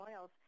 oils